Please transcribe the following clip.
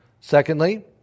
Secondly